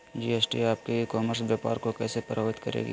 GST आपके e commerce व्यापार को कैसे प्रभावित करेगी?